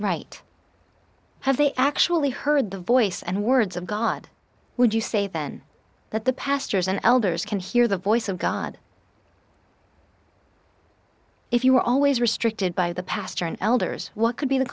right have they actually heard the voice and words of god would you say then that the pastors and elders can hear the voice of god if you were always restricted by the pastor and elders what could be the